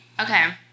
Okay